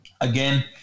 Again